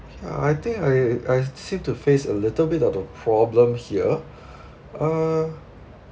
uh I think I I seem to face a little bit of a problem here err